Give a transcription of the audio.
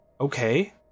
Okay